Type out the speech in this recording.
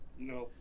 No